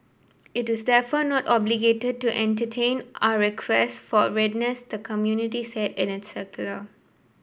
it is therefore not obligated to entertain our request for the committee said in its circular